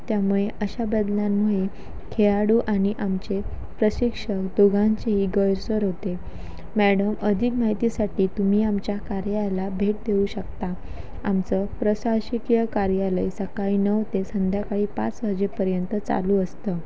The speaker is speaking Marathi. त्यामुळे अशा बदल्यांमुळे खेळाडू आणि आमचे प्रशिक्षक दोघांचेही गैरसोय होते मॅडम अधिक माहितीसाठी तुम्ही आमच्या कार्याला भेट देऊ शकता आमचं प्रशासकीय कार्यालय सकाळी नऊ ते संध्याकाळी पाच वाजेपर्यंत चालू असतं